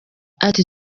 ati